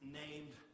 named